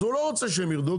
אז הוא לא ירצה שהם ירדו,